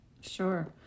Sure